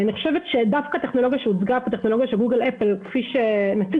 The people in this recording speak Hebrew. אני חושבת שדווקא הטכנולוגיה של גוגל אפל שהוצגה,